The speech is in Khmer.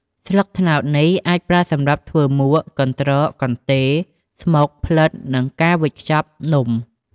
ស្លឹកត្នោតនេះអាចប្រើសម្រាប់ធ្វើមួក កន្ដ្រក កន្ទេល ស្មុក ផ្លិត និងការវេចខ្ចប់នំ។